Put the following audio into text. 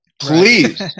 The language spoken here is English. Please